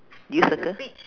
did you circle